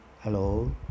Hello